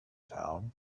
town